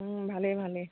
ভালেই ভালেই